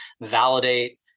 validate